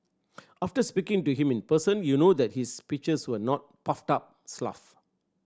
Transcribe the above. after speaking to him in person you know that his speeches were not puffed up